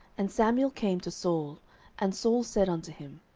and samuel came to saul and saul said unto him,